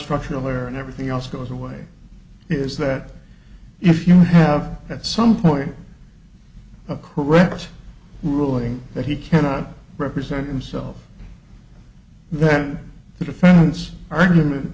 structural there and everything else goes away is that if you have at some point a correct ruling that he cannot represent himself and then the defense argument